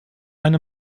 eine